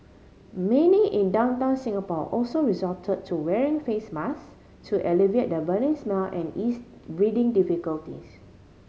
many in downtown Singapore also resort to wearing face masks to alleviate the burning smell and ease breathing difficulties